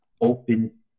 open